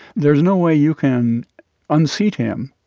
there's no way you can unseat him,